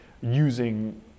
using